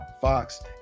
Fox